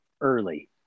early